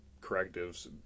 Correctives